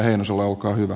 olkaa hyvä